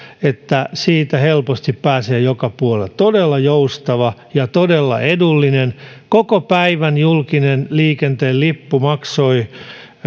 että siitä helposti pääsee joka puolelle todella joustava ja todella edullinen koko päivän julkisen liikenteen lippu maksoi